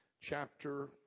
chapter